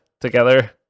together